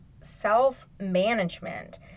self-management